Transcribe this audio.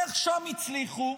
איך שם הצליחו,